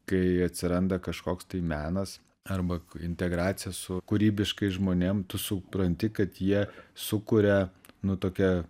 kai atsiranda kažkoks tai menas arba integracija su kūrybiškais žmonėm tu supranti kad jie sukuria nu tokią